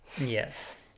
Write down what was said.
yes